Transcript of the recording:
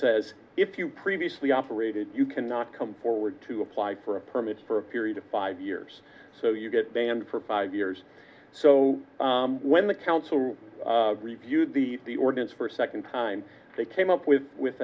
says if you previously operated you cannot come forward to apply for a permit for a period of five years so you get banned for five years so when the council reviewed the the ordinance for a second time they came up with